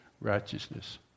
righteousness